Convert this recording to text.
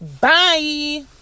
Bye